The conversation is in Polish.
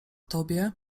tobie